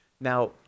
Now